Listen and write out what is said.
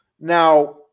now